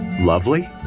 Lovely